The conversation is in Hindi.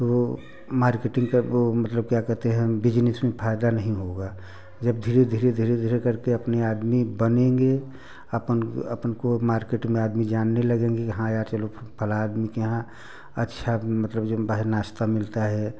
तो मार्केटिंग का मतलब क्या कहते हैं बिजनेस में फायदा नहीं होगा जब धीरे धीरे धीरे धीरे कर के अपने आदमी बनेंगे अपन अपन को मार्केट में आदमी जानने लगेंगे हाँ यार चलो फला आदमी के यहाँ अच्छा मतलब जो भाई नाश्ता मिलता है